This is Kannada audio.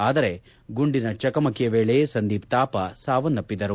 ಆದರೆ ಗುಂಡಿನ ಚಕಮಕಿಯ ವೇಳೆ ಸಂದೀಪ್ ಥಾಪಾ ಸಾವನ್ನಪ್ಪಿದರು